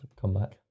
comeback